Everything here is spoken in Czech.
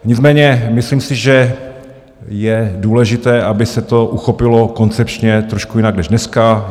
Nicméně myslím si, že je důležité, aby se to uchopilo koncepčně trošku jinak než dneska.